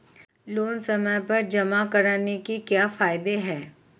Loan समय पर जमा कराने के क्या फायदे हैं?